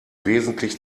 wesentlich